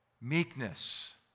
Meekness